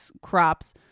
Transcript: crops